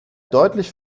deutlich